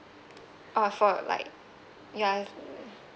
uh for like you are